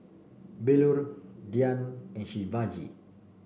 Bellur Dhyan and Shivaji